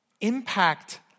impact